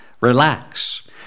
Relax